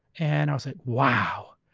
and i was like wow.